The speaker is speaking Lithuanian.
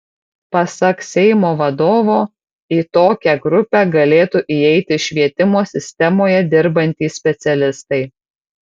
pasak seimo vadovo į tokią grupę galėtų įeiti švietimo sistemoje dirbantys specialistai